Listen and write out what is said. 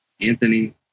Anthony